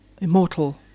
immortal